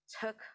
took